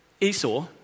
Esau